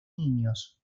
niños